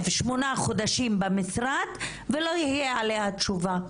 שמונה חודשים במשרד ולא תהיה עליה תשובה,